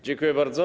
Dziękuję bardzo.